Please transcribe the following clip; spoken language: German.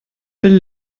will